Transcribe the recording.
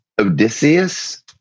Odysseus